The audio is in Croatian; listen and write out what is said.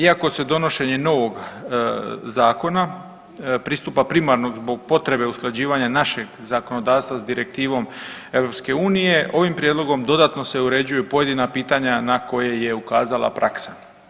Iako se donošenje novog zakona pristupa primarno zbog potrebe usklađivanja našeg zakonodavstva sa direktivom EU ovim prijedlogom dodatno se uređuju pojedina pitanja na koje je ukazala praksa.